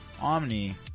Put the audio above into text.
Omni